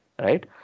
Right